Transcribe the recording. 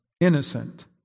innocent